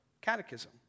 catechism